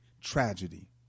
tragedy